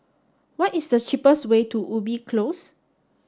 what is the cheapest way to Ubi Close